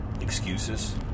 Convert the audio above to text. excuses